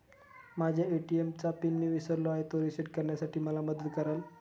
माझ्या ए.टी.एम चा पिन मी विसरलो आहे, तो रिसेट करण्यासाठी मला मदत कराल?